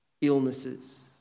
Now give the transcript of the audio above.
illnesses